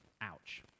Ouch